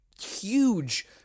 huge